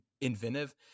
inventive